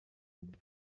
nde